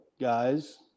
guys